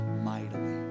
mightily